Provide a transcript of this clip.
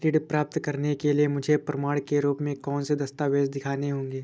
ऋण प्राप्त करने के लिए मुझे प्रमाण के रूप में कौन से दस्तावेज़ दिखाने होंगे?